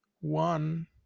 one